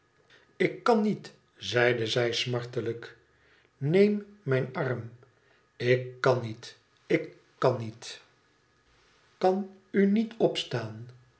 ik kan niet zeide zij smartelijk neem mijn arm ik kan niet ik kan niet kan u niet opstaan